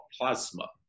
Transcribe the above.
plasma